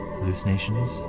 hallucinations